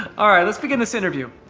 all right let's begin this interview.